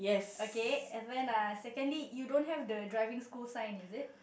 okay and then uh secondly you don't have the driving school sign is it